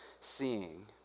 seeing